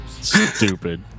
Stupid